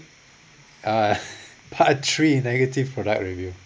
uh part three negative product review